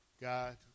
God